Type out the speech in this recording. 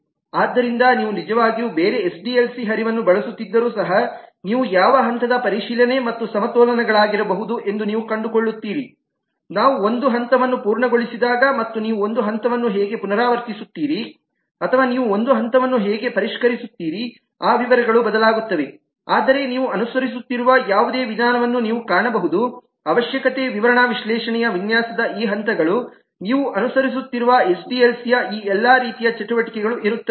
ಆದ್ದರಿಂದ ನೀವು ನಿಜವಾಗಿಯೂ ಬೇರೆ ಎಸ್ಡಿಎಲ್ಸಿ ಹರಿವನ್ನು ಬಳಸುತ್ತಿದ್ದರೂ ಸಹ ನೀವು ಯಾವ ಹಂತದ ಪರಿಶೀಲನೆ ಮತ್ತು ಸಮತೋಲನಗಳಾಗಿರಬಹುದು ಎಂದು ನೀವು ಕಂಡುಕೊಳ್ಳುತ್ತೀರಿನಾವು ಒಂದು ಹಂತವನ್ನು ಪೂರ್ಣಗೊಳಿಸಿದಾಗ ಮತ್ತು ನೀವು ಒಂದು ಹಂತವನ್ನು ಹೇಗೆ ಪುನರಾವರ್ತಿಸುತ್ತೀರಿ ಅಥವಾ ನೀವು ಒಂದು ಹಂತವನ್ನು ಹೇಗೆ ಪರಿಷ್ಕರಿಸುತ್ತೀರಿಆ ವಿವರಗಳು ಬದಲಾಗುತ್ತವೆ ಆದರೆ ನೀವು ಅನುಸರಿಸುತ್ತಿರುವ ಯಾವುದೇ ವಿಧಾನವನ್ನು ನೀವು ಕಾಣಬಹುದುಅವಶ್ಯಕತೆ ವಿವರಣಾ ವಿಶ್ಲೇಷಣೆಯ ವಿನ್ಯಾಸದ ಈ ಹಂತಗಳು ನೀವು ಅನುಸರಿಸುತ್ತಿರುವ ಎಸ್ಡಿಎಲ್ಸಿಯಲ್ಲಿ ಈ ಎಲ್ಲಾ ರೀತಿಯ ಚಟುವಟಿಕೆಗಳು ಇರುತ್ತವೆ